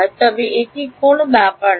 তবে এটি কোনও ব্যাপার নয়